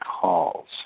calls